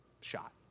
shot